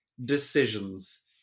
decisions